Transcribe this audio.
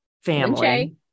family